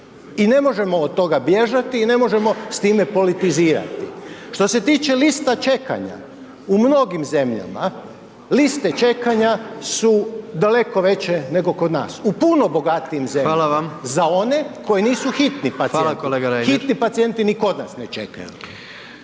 i ne možemo od toga bježati i ne možemo s time politizirati. Što se tiče lista čekanja, u mnogim zemljama liste čekanja su daleko veće nego kod nas, u puno bogatijim zemljama …/Upadica: Hvala vam/…za one koji nisu hitni pacijenti …/Upadica: Hvala